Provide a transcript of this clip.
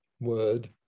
word